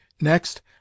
Next